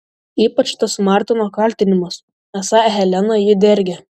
ypač tas martino kaltinimas esą helena jį dergia